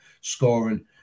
scoring